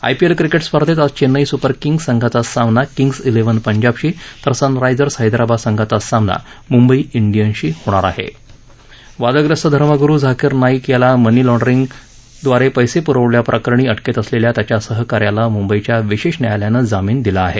IPL cricket स्पर्धेत ा ज चेन्नई सुपर किंग्ज संघाचा सामना किंग्ज इलेव्हन पंजाबशी तर सनरायझर्स हैदराबाद संघाचा सामना मुंबई इंडियन्सशी होणार वादग्रस्त धर्मगुरु झाकिर नाईक याला मनी लाँडरींगद्वारे पैसे पुरवण्याप्रकरणी अटकेत असलेल्या त्याच्या सहका याला मुंबईच्या विशेष न्यायालयानं जामिन दिला आहे